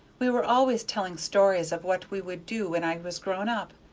we were always telling stories of what we would do when i was grown up.